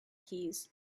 keys